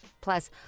Plus